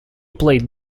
played